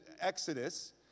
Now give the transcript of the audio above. Exodus